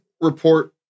report